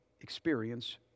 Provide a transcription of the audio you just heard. experience